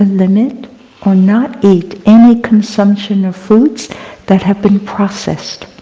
limit or not eat any consumption of foods that have been processed,